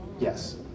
Yes